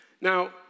Now